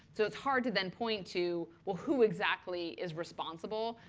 so it's hard to then point to well, who exactly is responsible,